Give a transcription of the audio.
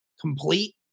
complete